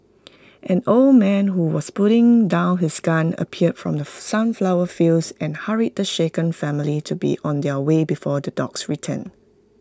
an old man who was putting down his gun appeared from the sunflower fields and hurried the shaken family to be on their way before the dogs return